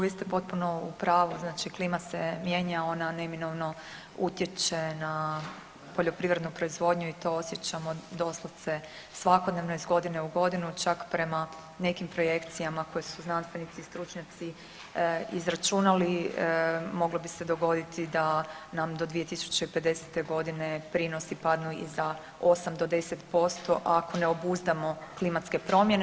Vi ste potpuno u pravu, znači klima se mijenja, ona neminovno utječe na poljoprivrednu proizvodnju i to osjećamo doslovce svakodnevno iz godine u godinu, čak prema nekim projekcijama koje su znanstvenici i stručnjaci izračunali moglo bi se dogoditi da nam do 2050.g. prinosi padnu i za 8-10% ako ne obuzdamo klimatske promjene.